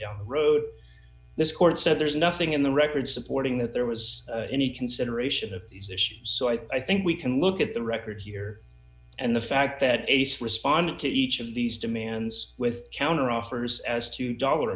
down the road this court said there's nothing in the record supporting that there was any consideration of these issues so i think we can look at the record here and the fact that ace responded to each of these demands with counteroffers as to dollar